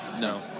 No